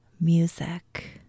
music